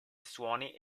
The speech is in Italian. suoni